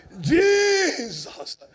Jesus